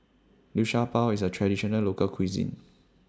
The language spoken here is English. Liu Sha Bao IS A Traditional Local Cuisine